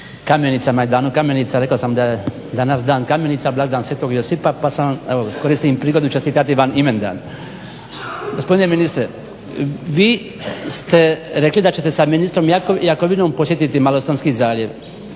kamenicama i Danu kamenica rekao sam da je danas Dan kamenica, blagdan sv. Josipa, pa evo koristim prigodu čestitati vam imendan. Gospodine ministre vi ste rekli da ćete sa ministrom Jakovinom posjetiti Malostonski zaljev.